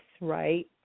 right